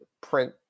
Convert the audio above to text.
print